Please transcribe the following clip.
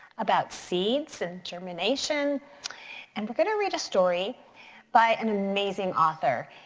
about seeds and germination and we're gonna read a story by an amazing author.